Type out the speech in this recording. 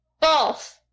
False